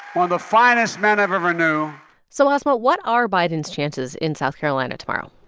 one of the finest men i've ever knew so, asma, what are biden's chances in south carolina tomorrow?